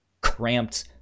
cramped